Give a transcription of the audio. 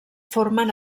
formen